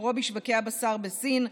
מקורו בשווקי הבשר בסין.